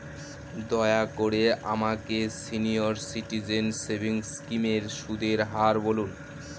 দয়া করে আমাকে সিনিয়র সিটিজেন সেভিংস স্কিমের সুদের হার বলুন